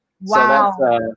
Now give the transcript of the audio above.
Wow